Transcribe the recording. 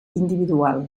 individual